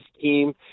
team